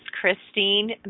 Christine